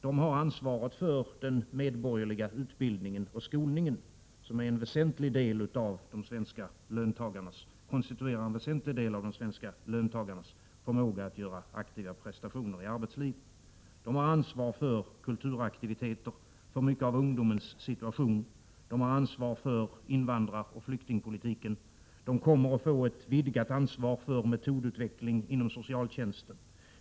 De har ansvaret för den medborgerliga utbildningen och skolningen, vilket konstituerar en väsentlig del av de svenska löntagarnas förmåga att göra aktiva prestationer i arbetslivet. De har ansvaret för kulturaktiviteter och för stora delar av ungdomens situation. De har ansvar för invandraroch flyktingpolitiken och de kommer att få ett vidgat ansvar för metodutveckling inom socialtjänsten.